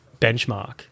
benchmark